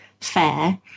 fair